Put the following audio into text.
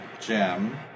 Jim